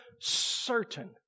certain